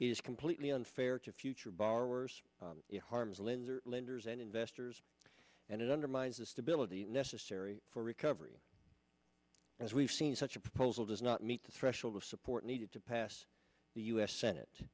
is completely unfair to future borrowers it harms lenders lenders and investors and it undermines the stability necessary for recovery as we've seen such a proposal does not meet the threshold of support needed to pass the u s senate